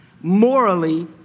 morally